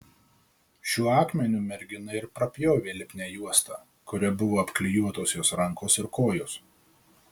šiuo akmeniu mergina ir prapjovė lipnią juostą kuria buvo apklijuotos jos rankos ir kojos